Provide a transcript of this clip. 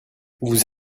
vous